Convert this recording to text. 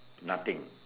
nothing